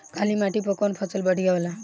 काली माटी पर कउन फसल बढ़िया होला?